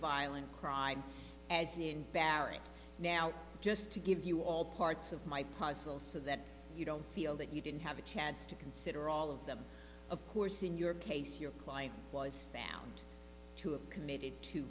violent crime as in barry now just to give you all parts of my puzzle so that you don't feel that you didn't have a chance to consider all of them of course in your case your client was found to have committed to